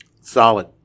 Solid